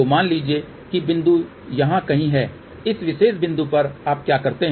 तो मान लीजिए कि बिंदु यहाँ कहीं है कि इस विशेष बिंदु पर आप क्या करते हैं